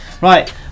Right